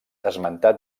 esmentat